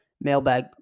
mailbag